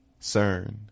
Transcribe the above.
CERN